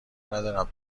ندارم